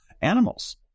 animals